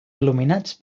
il·luminats